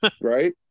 Right